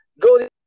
Go